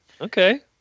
okay